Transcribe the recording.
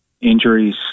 Injuries